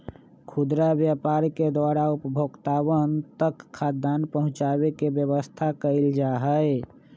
खुदरा व्यापार के द्वारा उपभोक्तावन तक खाद्यान्न पहुंचावे के व्यवस्था कइल जाहई